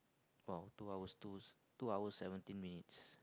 !wow! two hours two two hours seventeen minutes